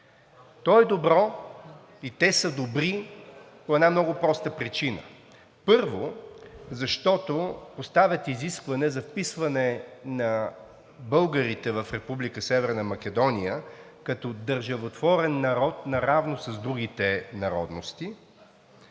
То е добро и те са добри по една много проста причина – първо, защото поставят изискване за вписване на българите в Република Северна Македония като държавотворен народ наравно с другите народности,